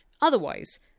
otherwise